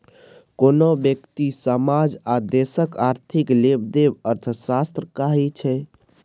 कोनो ब्यक्ति, समाज आ देशक आर्थिक लेबदेब अर्थशास्त्र कहाइ छै